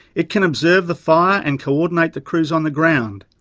it can observe the fire and co-ordinate the crews on the ground.